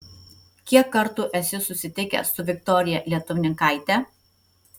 kiek kartų esi susitikęs su viktorija lietuvninkaite